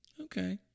okay